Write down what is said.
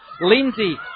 Lindsay